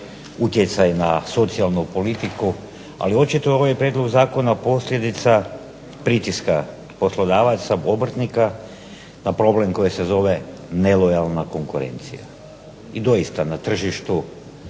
utjecaj na socijalnu politiku, ali očito ovaj je prijedlog zakona posljedica pritiska poslodavaca, obrtnika na problem koji se zove nelojalna konkurencija. I doista na tržištu